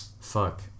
fuck